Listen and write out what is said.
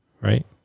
Right